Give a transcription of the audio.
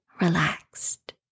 relaxed